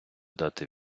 дати